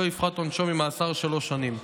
לא יפחת עונשו ממאסר שלוש שנים'".